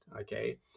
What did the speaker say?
Okay